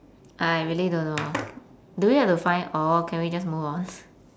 I really don't know ah do we have to find all can we just move on